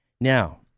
Now